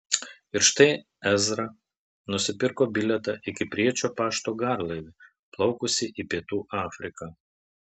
ir štai ezra nusipirko bilietą į kipriečio pašto garlaivį plaukusį į pietų afriką